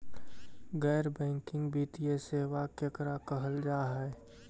गैर बैंकिंग वित्तीय सेबा केकरा कहल जा है?